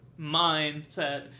mindset